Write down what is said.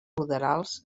ruderals